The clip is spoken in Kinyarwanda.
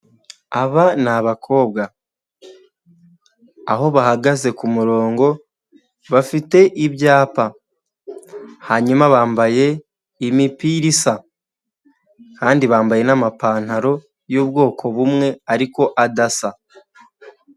Aba ni abakobwa, aho bahagaze ku murongo bafite ibyapa, hanyuma bambaye imipira isa kandi bambaye n'amapantaro y'ubwoko bumwe ariko adasa.